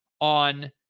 on